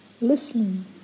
listening